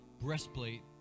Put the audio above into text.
breastplate